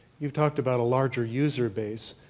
you've talked about a larger user base,